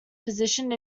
positioned